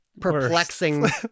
perplexing